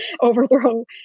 overthrow